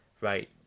right